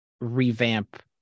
revamp